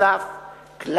נוסף על כך,